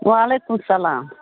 وعلیکُم سَلام